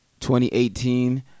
2018